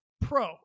pro